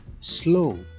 slow